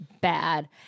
bad